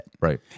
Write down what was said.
Right